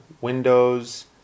Windows